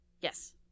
Yes